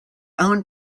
own